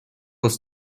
was